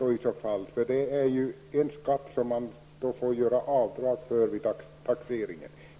Det är i så fall en skatt som man får göra avdrag för vid taxeringen.